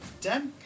Done